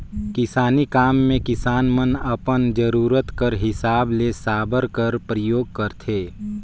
किसानी काम मे किसान मन अपन जरूरत कर हिसाब ले साबर कर परियोग करथे